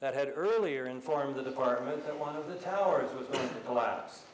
that had earlier informed the department that one of the towers was the last